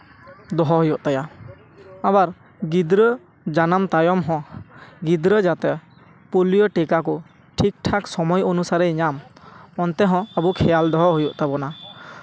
ᱫᱚᱦᱚ ᱦᱩᱭᱩᱜ ᱛᱟᱭᱟ ᱟᱵᱟᱨ ᱜᱤᱫᱽᱨᱟᱹ ᱡᱟᱱᱟᱢ ᱛᱟᱭᱚᱢ ᱦᱚᱸ ᱜᱤᱫᱽᱨᱟᱹ ᱡᱟᱛᱮ ᱯᱳᱞᱤᱭᱳ ᱴᱤᱠᱟ ᱠᱚ ᱴᱷᱤᱠ ᱴᱷᱟᱠ ᱥᱚᱢᱚᱭ ᱚᱱᱩᱥᱟᱨᱮᱭ ᱧᱟᱢ ᱚᱱᱛᱮ ᱦᱚᱸ ᱟᱵᱚ ᱠᱷᱮᱭᱟᱞ ᱫᱚᱦᱚ ᱦᱩᱭᱩᱜ ᱛᱟᱵᱚᱱᱟ